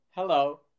Hello